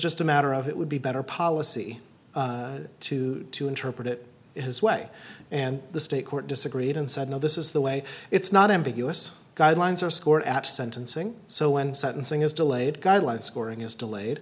just a matter of it would be better policy to to interpret it his way and the state court disagreed and said no this is the way it's not ambiguous guidelines are scored at sentencing so when sentencing is delayed guideline scoring is delayed